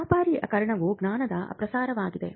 ವ್ಯಾಪಾರೀಕರಣವು ಜ್ಞಾನದ ಪ್ರಸಾರವಾಗಿದೆ